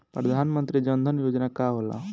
प्रधानमंत्री जन धन योजना का होला?